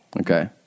Okay